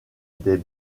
des